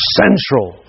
central